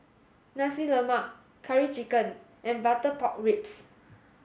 Nasi Lemak curry chicken and butter pork ribs